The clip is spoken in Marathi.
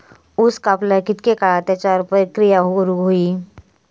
ऊस कापल्यार कितके काळात त्याच्यार प्रक्रिया करू होई?